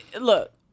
look